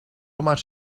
much